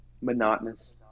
monotonous